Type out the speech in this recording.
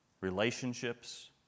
Relationships